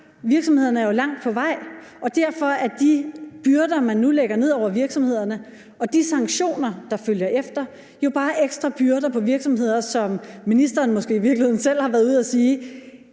virksomhederne er godt på vej, og derfor er de byrder, man nu lægger ned over virksomhederne, og de sanktioner, der følger efter, jo bare ekstra byrder på virksomheder, som ministeren måske i virkeligheden selv har været ude at sige